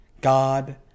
God